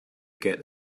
get